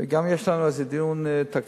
וגם יש לנו איזה דיון תקציבי,